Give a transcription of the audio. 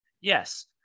Yes